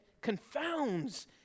confounds